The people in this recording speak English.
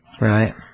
Right